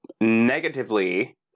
negatively